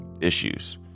issues